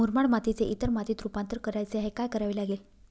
मुरमाड मातीचे इतर मातीत रुपांतर करायचे आहे, काय करावे लागेल?